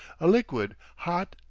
a liquid hot,